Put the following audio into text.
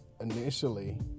initially –